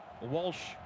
Walsh